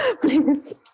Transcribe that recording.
Please